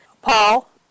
Paul